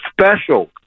special